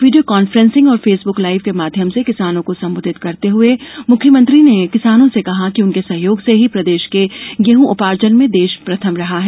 video conferencing और Facebook live के माध्यम से किसानों को संबोधित करते हुए मुख्यमंत्री किसानों से कहा कि उनके सहयोग से ही प्रदेश के गेहूं उपार्जन में देश में प्रथम रहा है